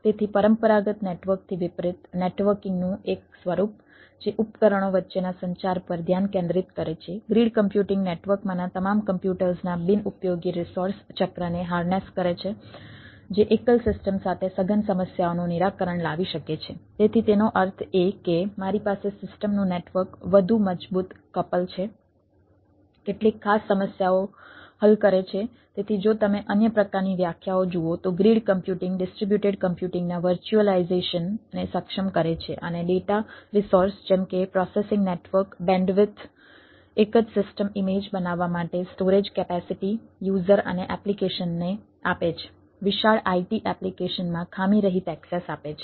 તેથી પરંપરાગત નેટવર્કથી વિપરીત નેટવર્કિંગ આપે છે